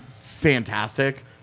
fantastic